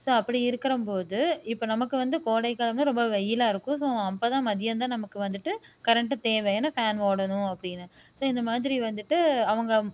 so அப்படி இருக்குறபோது இப்போ நமக்கு வந்து கோடை காலம்தான் ரொம்ப வெயிலாக இருக்கு ஸோ அப்போதான் மதியம்தான் நமக்கு வந்துட்டு கரண்ட் தேவை ஏன்னா ஃபேன் ஓடணும் அப்படினு ஸோ இந்தமாதிரி வந்துட்டு அவங்க